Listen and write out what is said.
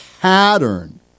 pattern